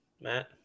matt